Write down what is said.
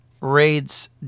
raids